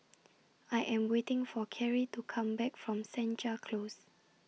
I Am waiting For Kerri to Come Back from Senja Close